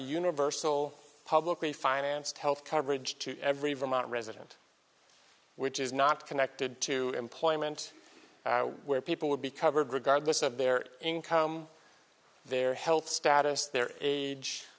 universal publicly financed health coverage to every vermont resident which is not connected to employment where people would be covered regardless of their income their health status their age